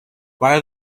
while